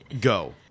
Go